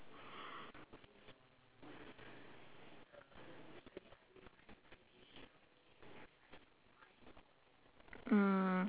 mm